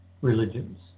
religions